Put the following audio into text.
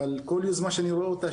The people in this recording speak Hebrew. אבל כל יוזמה שאני רואה אותה,